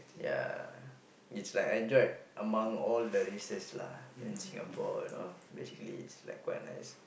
yeah it's like enjoyed among all the races lah in Singapore you know basically it's like quite nice